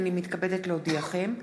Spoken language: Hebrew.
הנני מתכבדת להודיעכם,